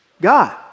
God